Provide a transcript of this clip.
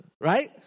right